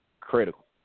critical